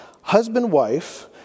husband-wife